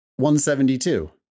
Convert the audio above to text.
172